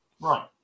right